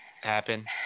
happen